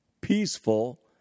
peaceful